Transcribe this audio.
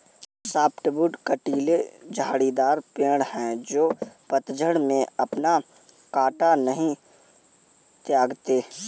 softwood कँटीले झाड़ीदार पेड़ हैं जो पतझड़ में अपना काँटा नहीं त्यागते